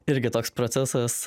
irgi toks procesas